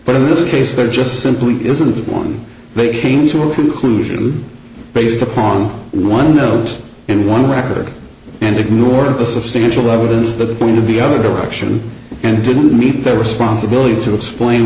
but in this case they're just simply isn't one they came to a conclusion based upon one zero and one record and ignored the substantial evidence to the point of the other direction and didn't meet their responsibility to explain